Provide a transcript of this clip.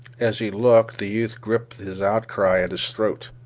as he looked the youth gripped his outcry at his throat.